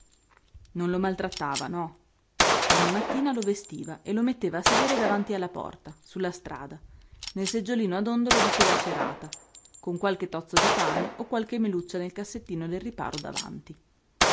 non lo maltrattava no ogni mattina lo vestiva e lo metteva a sedere davanti alla porta sulla strada nel seggiolino a dondolo di tela cerata con qualche tozzo di pane o qualche meluccia nel cassettino del riparo davanti